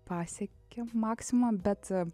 pasiekėm maksimumą bet